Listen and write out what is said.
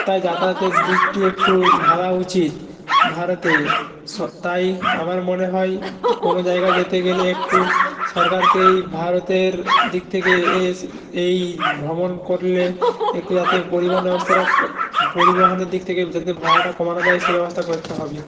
তাই যাতায়াতের দিকটি একটু ভাবা উচিত ভারতে স তাই আমার মনে হয় কোনো জায়গা যেতে গেলে একটু সরকারকেই ভারতের দিক থেকে এই ভ্রমণ করলে একটু যাতে পরিবহন ব্যবস্থাটা পরিবহনের দিক থেকে যাতে ভাড়াটা কমানো যায় সেই ব্যবস্থা করতে হবে